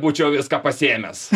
būčiau viską pasiėmęs